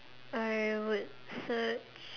I would search